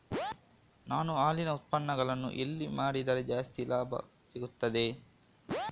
ನಾನು ಹಾಲಿನ ಉತ್ಪನ್ನಗಳನ್ನು ಎಲ್ಲಿ ಮಾರಿದರೆ ಜಾಸ್ತಿ ಲಾಭ ಸಿಗುತ್ತದೆ?